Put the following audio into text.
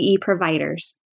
providers